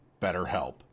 BetterHelp